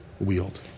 wield